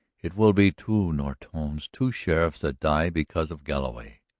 it will be two nortones, two sheriffs, that die because of galloway.